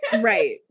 right